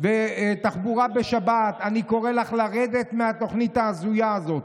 ותחבורה בשבת: אני קורא לך לרדת מהתוכנית ההזויה הזאת.